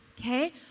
Okay